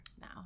now